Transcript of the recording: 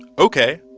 ok,